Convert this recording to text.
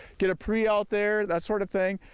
get a pre out there, that sort of thing.